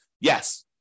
Yes